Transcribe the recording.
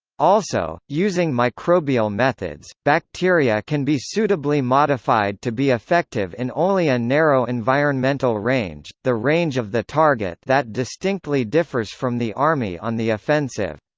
also, using microbial methods, bacteria can be suitably modified to be effective in only a narrow environmental range, the range of the target that distinctly differs from the army on the offensive.